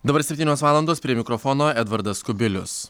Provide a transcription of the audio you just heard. dabar septynios valandos prie mikrofono edvardas kubilius